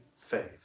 faith